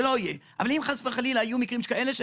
שאם חס וחלילה יהיו מקרים כאלה בעתיד,